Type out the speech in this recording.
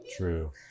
True